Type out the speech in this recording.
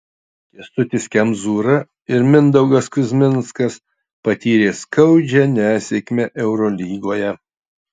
kęstutis kemzūra ir mindaugas kuzminskas patyrė skaudžią nesėkmę eurolygoje